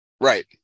right